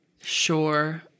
Sure